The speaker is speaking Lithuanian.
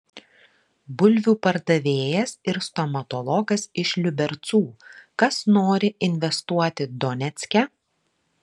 bulvių pardavėjas ir stomatologas iš liubercų kas nori investuoti donecke